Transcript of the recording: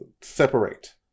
separate